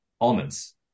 almonds